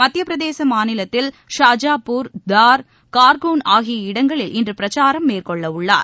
மத்திய பிரதேச மாநிலத்தில் ஷாஜாப்பூர் தார் கார்கோன் ஆகிய இடங்களில் இன்று பிரச்சாரம் மேற்கொள்ளவுள்ளார்